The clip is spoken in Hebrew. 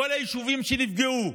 כל היישובים שנפגעו,